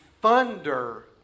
thunder